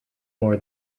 more